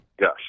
Yes